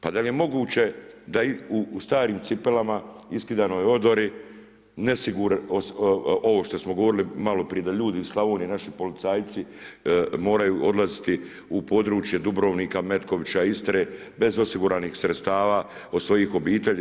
Pa da li je moguće da idu u starim cipelama, iskidanoj odori, ovo što smo govorili malo prije, da ljudi iz Slavonije naši policajci moraju odlaziti u područje Dubrovnika, Metkovića, Istre, bez osiguranih sredstava od svojih obitelji.